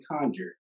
conjure